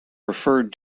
referred